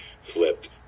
flipped